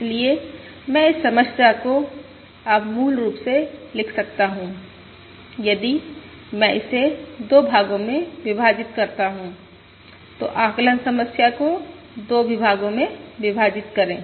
इसलिए मैं इस समस्या को अब मूल रूप से लिख सकता हूं यदि मैं इसे 2 भागों में विभाजित करता हूं तो आकलन समस्या को 2 भागों में विभाजित करें